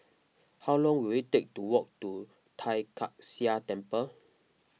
how long will it take to walk to Tai Kak Seah Temple